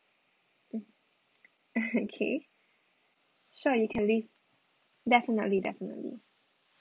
mm okay sure you can leave definitely definitely